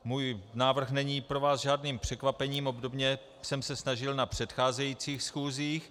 Můj návrh není pro vás žádným překvapením, obdobně jsem se snažil na předcházejících schůzích.